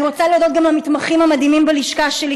אני רוצה להודות גם למתמחים המדהימים בלשכה שלי,